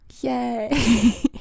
Yay